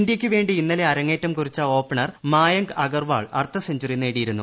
ഇന്ത്യയ്ക്ക് വേണ്ടി ഇന്നലെ അരങ്ങേറ്റം കുറിച്ച ഓപ്പണർ മായങ്ക് അഗർവാൾ അർധ സെഞ്ചുറി നേടിയിരുന്നു